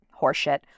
horseshit